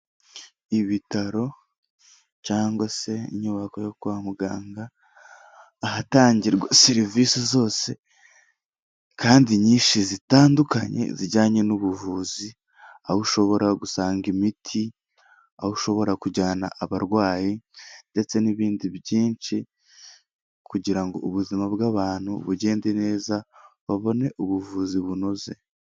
Ibitaro cyangwa se inyubako yo kwa muganga ahatangirwa serivisi zose kandi nyinshi zitandukanye zijyanye n'ubuvuzi, aho ushobora gusanga imiti, aho ushobora kujyana abarwayi ndetse n'ibindi byinshi kugira ngo ubuzima bw'abantu bugende neza, babone ubuvuzi bunoze.